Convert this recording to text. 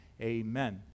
Amen